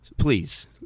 please